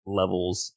levels